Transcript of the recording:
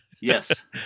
Yes